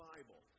Bible